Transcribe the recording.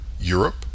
Europe